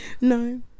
no